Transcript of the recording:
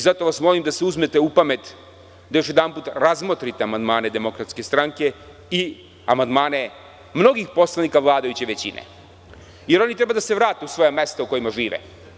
Zato vas molim da se uzmete u pamet, da još jedanput razmotrite amandmane DS i amandmane mnogih poslanika vladajuće većine, jer oni treba da se vrate u svoja mesta u kojima žive.